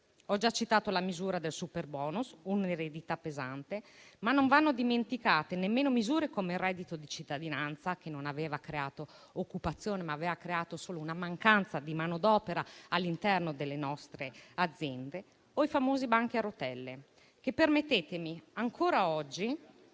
Ho già citato la misura del *superbonus*, che è un'eredità pesante, ma non vanno dimenticate nemmeno misure come il reddito di cittadinanza (che ha creato non occupazione, ma solo mancanza di manodopera all'interno delle nostre aziende) o i famosi banchi a rotelle, di cui ancora oggi